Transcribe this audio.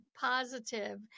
positive